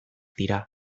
dira